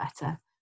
better